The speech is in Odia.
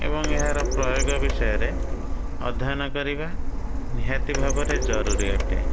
ଏବଂ ଏହାର ପ୍ରୟୋଗ ବିଷୟରେ ଅଧ୍ୟୟନ କରିବା ନିହାତି ଭାବରେ ଜରୁରୀ ଅଟେ